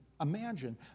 imagine